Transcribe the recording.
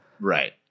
Right